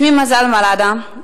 שמי מזל מלדה,